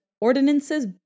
ordinances